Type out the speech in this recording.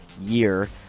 year